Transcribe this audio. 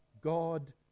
God